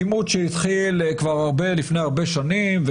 עימות שהתחיל לפני הרבה שנים,